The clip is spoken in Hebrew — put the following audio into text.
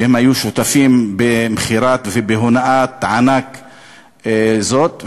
שהיו שותפים במכירת ובהונאת ענק זאת.